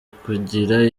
kugira